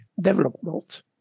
development